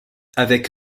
avec